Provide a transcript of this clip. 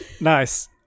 Nice